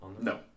No